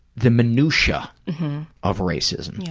the minutiae of racism. yeah